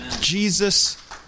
Jesus